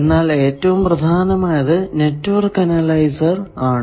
എന്നാൽ ഏറ്റവും പ്രധാനമായത് നെറ്റ്വർക്ക് അനലൈസർ ആണ്